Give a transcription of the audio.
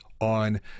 on